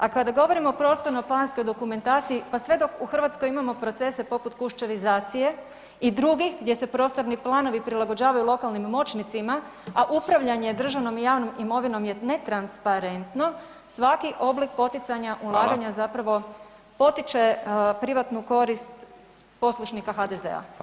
A kada govorimo o prostorno planskoj dokumentaciji, pa sve dok u Hrvatskoj imamo procese poput kuščevizacije i drugih gdje se prostorni planovi prilagođavaju lokalnih moćnicima a upravljanje državnom i javnom imovinom je netransparentno, svaki oblik poticanja ulaganja zapravo potiče privatnu korist poslušnika HDZ-a.